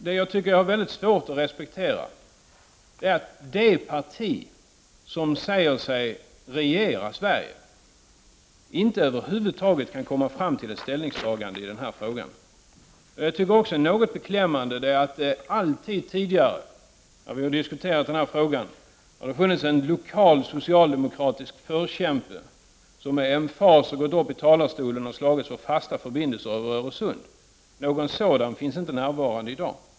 Det jag har mycket svårt att respektera är att det parti som säger sig regera Sverige inte över huvud taget kan komma fram till ett ställningstagande i den här frågan. Alltid när vi tidigare har diskuterat denna fråga har det funnits en lokal socialdemokratisk förkämpe som har gått upp i talarstolen och med emfas slagits för fasta förbindelser över Öresund. Jag tycker att det är beklämmande att någon sådan inte finns närvarande i dag.